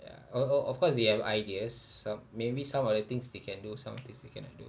ya of of of course they have ideas some maybe some of the things they can do some of the things they cannot do